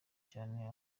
cane